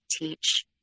teach